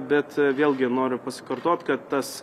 bet vėlgi noriu pasikartot kad tas